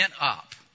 up